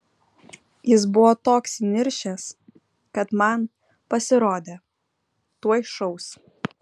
jis buvo toks įniršęs kad man pasirodė tuoj šaus